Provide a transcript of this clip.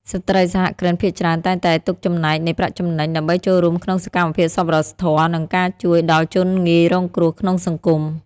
ស្ត្រីសហគ្រិនភាគច្រើនតែងតែទុកចំណែកនៃប្រាក់ចំណេញ ដើម្បីចូលរួមក្នុងសកម្មភាពសប្បុរសធម៌ និងការជួយដល់ជនងាយរងគ្រោះក្នុងសង្គម។